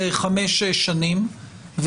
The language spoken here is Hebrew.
לחמש שנים,